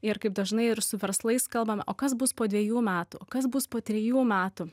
ir kaip dažnai ir su verslais kalbama o kas bus po dvejų metų kas bus po trejų metų